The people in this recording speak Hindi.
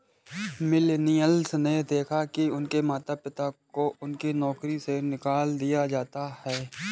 मिलेनियल्स ने देखा है कि उनके माता पिता को उनकी नौकरी से निकाल दिया जाता है